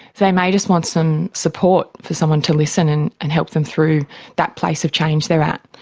they may just want some support, for someone to listen and and help them through that place of change they are at.